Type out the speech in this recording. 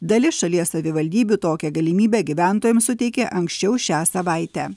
dalis šalies savivaldybių tokią galimybę gyventojams suteikė anksčiau šią savaitę